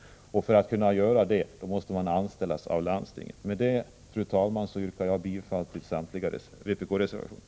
För att kunna göra detta måste man nämligen anställas av landstinget. Med detta, fru talman, yrkar jag bifall till samtliga vpk-reservationer.